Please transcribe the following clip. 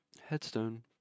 headstone